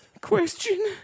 question